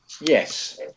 Yes